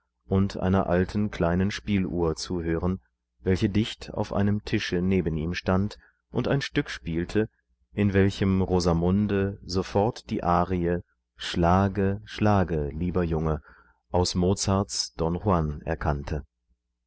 und einer alten kleinen spieluhr zuhören welche dicht auf einem tische neben ihm stand und ein stück spielte in welchem rosamunde sofort die arie schlage schlage lieberjunge ausmozartsdonjuanerkannte ich